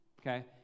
okay